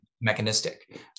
mechanistic